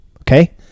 okay